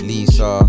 Lisa